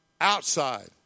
Outside